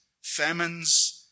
famines